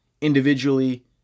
Individually